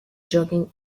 jogging